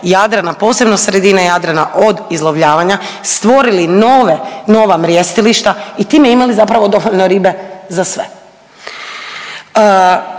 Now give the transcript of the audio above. posebno sredine Jadrana od izlovljavanja, stvorili nove, nova mrjestilišta i time zapravo imali dovoljno ribe za sve.